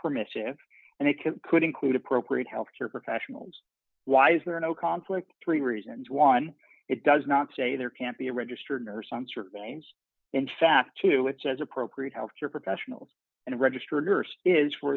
permissive and it could could include appropriate health care professionals why is there no conflict three reasons one it does not say there can't be a registered nurse on certain lines in fact two it says appropriate health care professionals and a registered nurse is for